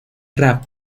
rap